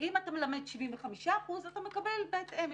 אם אתה מלמד 75%, אתה מקבל בהתאם.